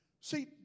See